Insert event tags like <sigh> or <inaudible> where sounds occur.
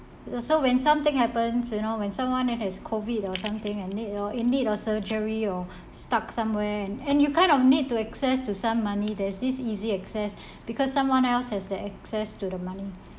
so when something happens you know when someone that has COVID or something and need or in need of surgery or stuck somewhere and you kind of need to access to some money there's this easy access <breath> because someone else has the access to the money